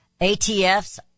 ATFs